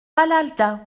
palalda